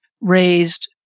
raised